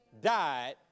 died